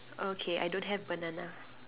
okay I don't have banana